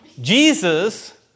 Jesus